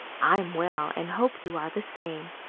i am well and hope you are the same.